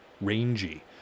rangy